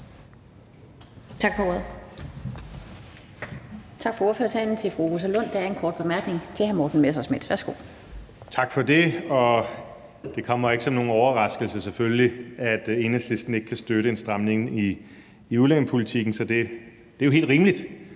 Tak for ordet.